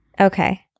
Okay